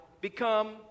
become